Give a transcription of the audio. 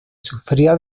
sufría